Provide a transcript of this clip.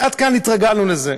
עד כאן התרגלנו לזה.